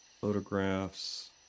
photographs